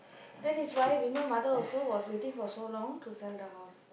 that is why Vimal mother also was waiting for so long to sell the house